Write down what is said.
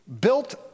built